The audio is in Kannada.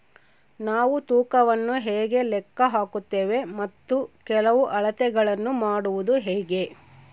ನಾವು ತೂಕವನ್ನು ಹೇಗೆ ಲೆಕ್ಕ ಹಾಕುತ್ತೇವೆ ಮತ್ತು ಕೆಲವು ಅಳತೆಗಳನ್ನು ಮಾಡುವುದು ಹೇಗೆ?